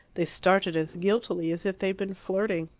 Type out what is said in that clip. they started as guiltily as if they had been flirting.